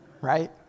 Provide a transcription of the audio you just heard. right